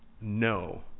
no